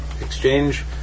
exchange